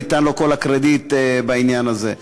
ניתן לו כל הקרדיט בעניין הזה,